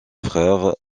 frère